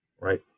right